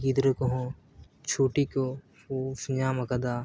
ᱜᱤᱫᱽᱨᱟᱹ ᱠᱚᱦᱚᱸ ᱪᱷᱩᱴᱤ ᱠᱚ ᱧᱟᱢ ᱠᱟᱫᱟ